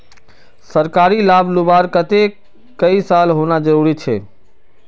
सरकारी लाभ लुबार केते कई साल होना जरूरी छे?